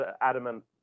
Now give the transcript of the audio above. adamant